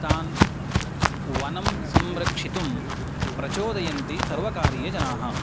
तान् वनं संरक्षितुं प्रचोदयन्ति सर्वकारीय जनाः